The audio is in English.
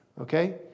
okay